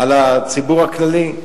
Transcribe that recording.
על הציבור הכללי,